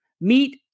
Meet